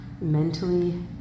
mentally